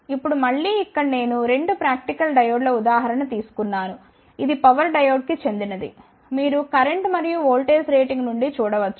ఇప్పుడు మళ్ళీ ఇక్కడ నేను 2 ప్రాక్టికల్ డయోడ్ల ఉదాహరణ తీసుకున్నాను ఇది పవర్ డయోడ్ కు చెందినది మీరు కరెంట్ మరియు వోల్టేజ్ రేటింగ్ నుండి చూడవచ్చు